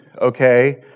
okay